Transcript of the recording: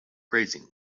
raising